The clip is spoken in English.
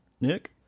Nick